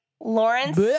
Lawrence